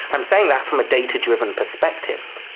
i'm saying that from a data driven perspective.